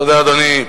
אתה יודע, אדוני,